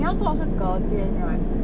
你要做的是隔间 right